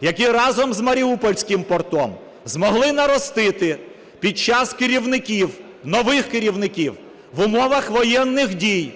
який разом з Маріупольським портом змогли наростити під час керівників, нових керівників, в умовах воєнних дій,